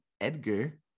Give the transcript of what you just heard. Edgar